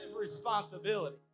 responsibility